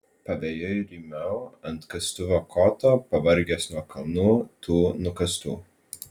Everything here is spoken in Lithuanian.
pavėjui rymau ant kastuvo koto pavargęs nuo kalnų tų nukastų